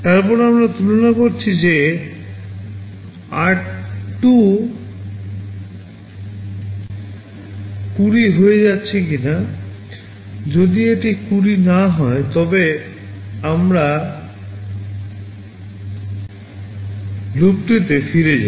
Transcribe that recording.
তারপরে আমরা তুলনা করছি যে আর 2 20 হয়ে যাচ্ছে কিনা যদি এটি 20 না হয় তবে আমরা লুপটিতে ফিরে যাই